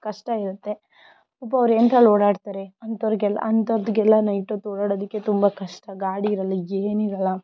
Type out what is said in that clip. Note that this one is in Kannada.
ಕಷ್ಟ ಇರುತ್ತೆ ಪಾಪ ಅವರು ಏಂದ್ರಲ್ಲಿ ಓಡಾಡ್ತಾರೆ ಅಂಥವರಿಗೆಲ್ಲಅಂಥವರಿಗೆಲ್ಲ ನೈಟ್ ಹೊತ್ತು ಓಡಾಡೋದಕ್ಕೆ ತುಂಬ ಕಷ್ಟ ಗಾಡಿ ಇರಲ್ಲ ಏನೂ ಇರಲ್ಲ